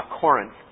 Corinth